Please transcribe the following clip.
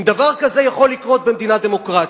אם דבר כזה יכול לקרות במדינה דמוקרטית.